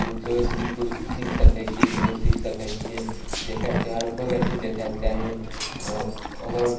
कोन चॉइसके किछु सीख सकैत छियै की नहि सीख सकैत छियै देखैके चाही हर केओ व्यक्तिके देखैके चाही ओकर